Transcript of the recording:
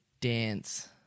dance